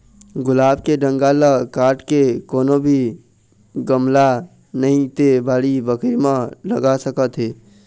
गुलाब के डंगाल ल काट के कोनो भी गमला नइ ते बाड़ी बखरी म लगा सकत हे